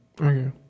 Okay